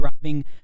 driving